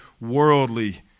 worldly